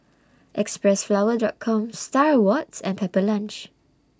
Xpressflower Drug Com STAR Awards and Pepper Lunch